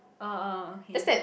oh oh okay